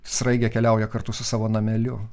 sraigė keliauja kartu su savo nameliu